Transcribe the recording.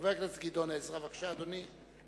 חבר הכנסת גדעון עזרא, בבקשה, אדוני.